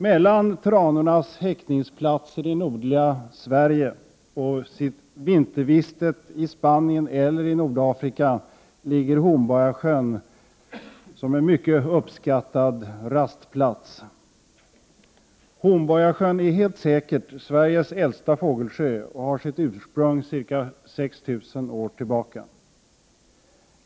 Mellan tranornas häckningsplatser i nordliga Sverige och sitt vinterviste i Spanien eller i Nordafrika ligger Hornborgasjön som en mycket uppskattad rastplats. Hornborgasjön är helt säkert Sveriges äldsta fågelsjö och har sitt ursprung ca 6 000 år tillbaka.